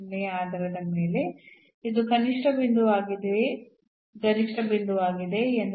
ಏನೇ ಆಗಿದ್ದರೂ 0 ಆಗಿರಬಹುದು ಅಥವಾ h ಶೂನ್ಯವಲ್ಲದಿರಬಹುದು ಆದರೆ ಋಣಾತ್ಮಕವಾದಾಗ ಈ ಉತ್ಪನ್ನವು ಧನಾತ್ಮಕವಾಗಿರುತ್ತದೆ